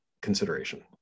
consideration